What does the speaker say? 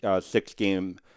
six-game